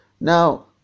Now